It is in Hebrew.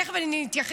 תכף אני אתייחס,